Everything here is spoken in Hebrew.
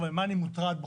ממה אני מוטרד בחוק?